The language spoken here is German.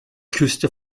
küste